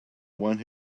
one